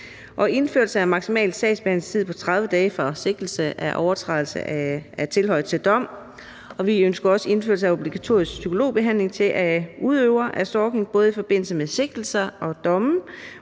indførelse af maksimal sagsbehandlingstid på 30 dage fra sigtelse af overtrædelse af et tilhold til dom; og vi ønsker også indførelse af obligatorisk psykologbehandling til udøver af stalking både i forbindelse med sigtelser og domme,